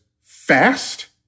fast